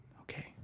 Okay